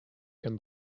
can